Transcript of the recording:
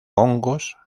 hongos